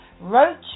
Roach